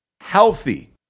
healthy